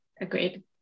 Agreed